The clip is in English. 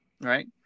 right